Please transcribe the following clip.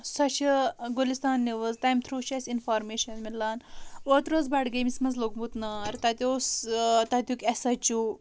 سۄ چھےٚ گُلِستان نِوٕز تَمہِ تھروٗ چھےٚ اَسہِ اِنفارمیٚشن مِلان اوترٕ اوس بَڈگٲمِس منٛز لوٚگمُت نار تَتہِ اوس تَتیُک ایس ایٚچ او